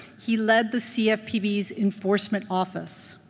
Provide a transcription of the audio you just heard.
he led the cfpb's enforcement office.